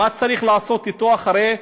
מה צריך לעשות אתו אחרי,